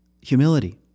humility